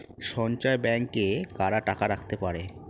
সঞ্চয় ব্যাংকে কারা টাকা রাখতে পারে?